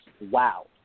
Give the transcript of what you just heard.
wow